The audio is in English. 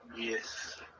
Yes